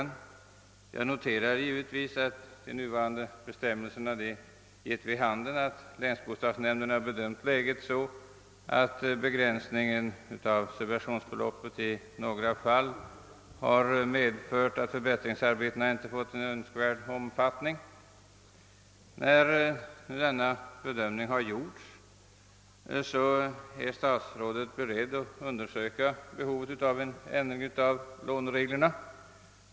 Givetvis noterar jag att de nuvarande bestämmelserna givit vid handen att länsbostadsnämnderna bedömt läget så att »begränsningen av subventionsbeloppet i några fall medfört att förbättringsarbetena inte fått önskvärd omfattning». När denna bedömning nu har gjorts är statsrådet alltså beredd att undersöka behovet av en ändring i lånereglerna.